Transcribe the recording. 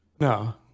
No